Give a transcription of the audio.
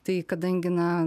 tai kadangi na